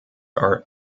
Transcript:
are